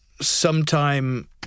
sometime